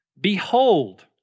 behold